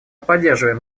поддерживаем